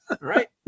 right